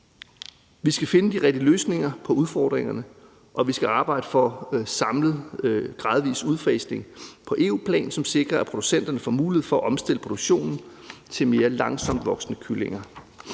Vi skal finde de rigtige løsninger på udfordringerne, og vi skal arbejde for en samlet, gradvis udfasning på EU-plan, som sikrer, at producenterne får mulighed for at omstille produktionen til mere langsomt voksende kyllinger.